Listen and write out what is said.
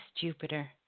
Jupiter